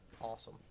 awesome